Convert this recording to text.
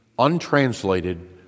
untranslated